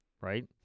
right